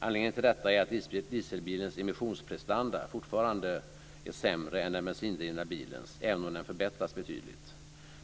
Anledningen till detta är att dieselbilens emissionsprestanda fortfarande är sämre än den bensindrivna bilens - även om den förbättrats betydligt.